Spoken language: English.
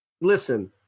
listen